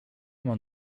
mam